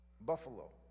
buffalo